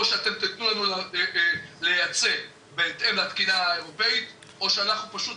או שאתם תיתנו לנו לייצא בהתאם לתקינה האירופאית או שאנחנו פשוט,